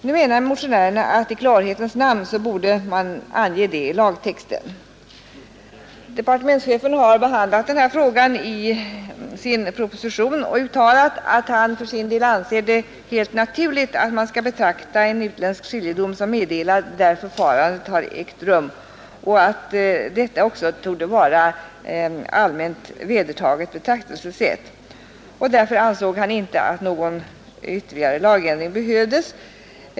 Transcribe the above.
Nu menar motionärerna att man i klarhetens namn borde ange det i lagtexten. Departementschefen har behandlat denna fråga i sin proposition och uttalat att han för sin del anser det helt naturligt att man skall betrakta en utländsk skiljedom som meddelad där förfarandet har ägt rum och att detta också torde vara allmänt vedertaget betraktelsesätt. Därför ansåg departementschefen inte att någon ytterligare lagändring behövdes.